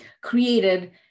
created